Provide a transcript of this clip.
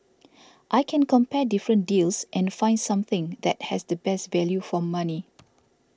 I can compare different deals and find something that has the best value for money